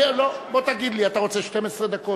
בוא תגיד לי, אתה רוצה 12 דקות?